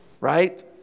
right